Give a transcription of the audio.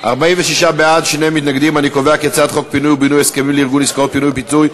את הצעת חוק פינוי ובינוי (הסכמים לארגון עסקאות פינוי ובינוי),